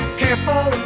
careful